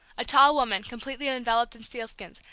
a tall woman, completely enveloped in sealskins,